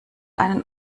einen